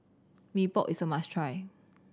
Mee Pok is a must try